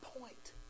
point